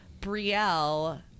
Brielle